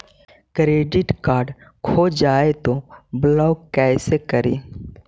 Credit card खो जाए तो ब्लॉक कैसे करी?